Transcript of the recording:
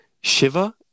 Shiva